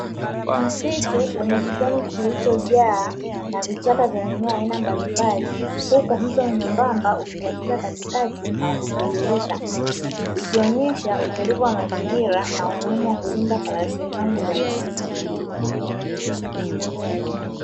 Msitu wenye kijani kilichojaa na vichaka vya mimea ya aina mbalimbali, huku mto mwembamba ukikatiza katikati na ukitiririka ikionyesha utulivu wa mazingira na umuhimu wa kulinda rasilimali za msitu.